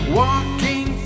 walking